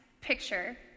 picture